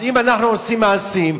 אם אנחנו עושים מעשים,